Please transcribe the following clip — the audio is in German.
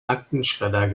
aktenschredder